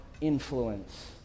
influence